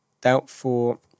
Doubtful